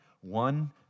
One